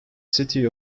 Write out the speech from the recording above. city